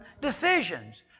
decisions